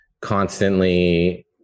constantly